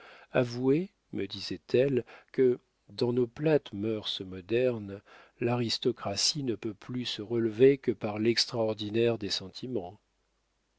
avouez me disait-elle que dans nos plates mœurs modernes l'aristocratie ne peut plus se relever que par l'extraordinaire des sentiments